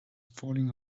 falling